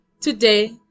today